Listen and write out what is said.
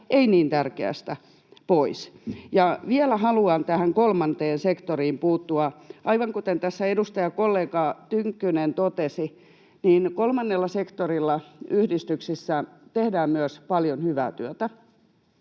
ei niin tärkeästä pois. Vielä haluan tähän kolmanteen sektoriin puuttua. Aivan kuten tässä edustajakollega Tynkkynen totesi, kolmannella sektorilla yhdistyksissä tehdään myös paljon hyvää työtä,